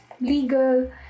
legal